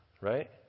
right